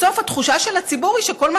בסוף התחושה של הציבור היא שכל מה